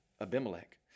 Abimelech